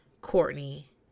Courtney